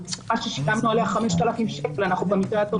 על ספה ששילמנו עליה 5,000 ₪ אנחנו במקרה הטוב